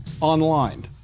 online